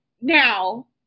now